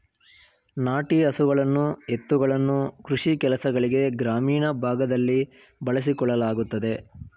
ನಾಟಿ ಹಸುಗಳನ್ನು ಎತ್ತುಗಳನ್ನು ಕೃಷಿ ಕೆಲಸಗಳಿಗೆ ಗ್ರಾಮೀಣ ಭಾಗದಲ್ಲಿ ಬಳಸಿಕೊಳ್ಳಲಾಗುತ್ತದೆ